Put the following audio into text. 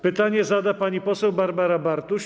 Pytanie zada pani poseł Barbara Bartuś.